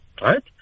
right